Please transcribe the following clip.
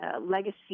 legacy